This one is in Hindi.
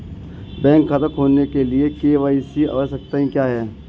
बैंक खाता खोलने के लिए के.वाई.सी आवश्यकताएं क्या हैं?